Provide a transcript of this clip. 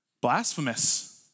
Blasphemous